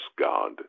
God